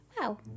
wow